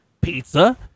pizza